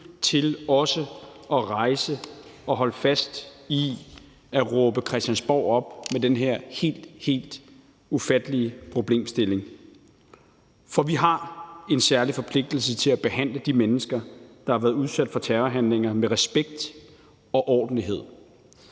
til at rejse og holde fast i at råbe Christiansborg op i forhold til den her, helt ufattelige problemstilling. For vi har en særlig forpligtelse til at behandle de mennesker, der har været udsat for terrorhandlinger, med respekt og ordentlighed.